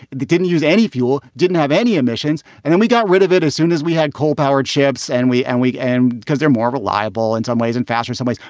they didn't use any fuel, didn't have any emissions. and then we got rid of it as soon as we had coal powered ships. and we. and we. and because they're more reliable in some ways and faster some ways.